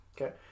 Okay